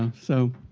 um so